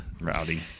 Rowdy